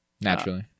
naturally